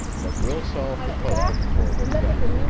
but we'll solve the puzzle before we're done.